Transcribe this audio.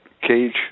cage